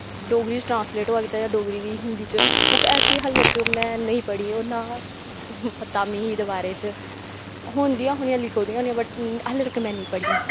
डोगरी च ट्रांसलेट होऐ कीते दा जां डोगरी दी हिन्दी च बुक्क ऐसी हालें तक में नेईं पढ़ी होर नां पता मीं एह्दे बारे च होंदियां होनियां लखोई दियां बट हालें तक में नी पढ़ियां